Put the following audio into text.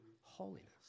holiness